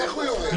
איך הוא יורד?